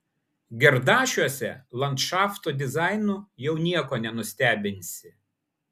gerdašiuose landšafto dizainu jau nieko nenustebinsi